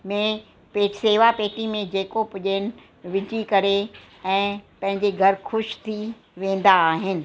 में सेवा पेटी में जेको पुॼेनि विझी करे ऐं पंहिंजे घर ख़ुशि थी वेंदा आहिनि